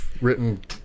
written